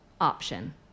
option